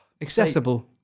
Accessible